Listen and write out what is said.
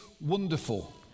wonderful